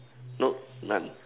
nope none